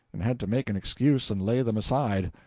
and had to make an excuse and lay them aside,